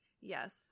Yes